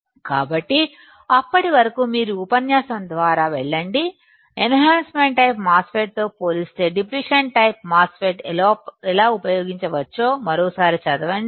కాబట్టి అప్పటి వరకు మీరు ఉపన్యాసం ద్వారా వెళ్ళండిఎన్ హాన్సమెంట్ టైపు మాస్ ఫెట్ తో పోలిస్తే డిప్లిషన్ మాస్ ఫెట్ ఎలా ఉపయోగించవచ్చో మరోసారి చదవండి